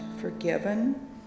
forgiven